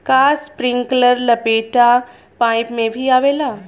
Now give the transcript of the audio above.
का इस्प्रिंकलर लपेटा पाइप में भी आवेला?